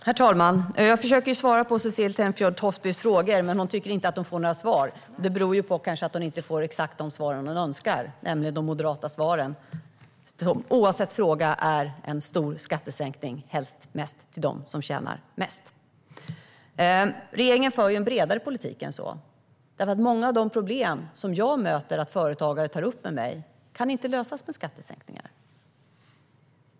Herr talman! Jag försöker svara på Cecilie Tenfjord-Toftbys frågor, men hon tycker inte att hon får några svar. Det kanske beror på att hon inte får exakt de svar hon önskar, nämligen de moderata svaren som oavsett fråga är: en stor skattesänkning, helst mest för dem som tjänar mest. Regeringen för en bredare politik än så. Många av de problem som företagare tar upp med mig när jag möter dem kan inte lösas med skattesänkningar.